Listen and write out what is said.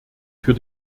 für